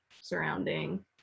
surrounding